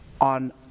On